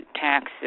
taxes